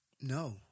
No